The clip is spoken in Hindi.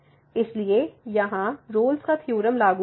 इसलिएयहाँ रोल्स का थ्योरम Rolle's Theorem लागू नहीं होता है